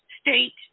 State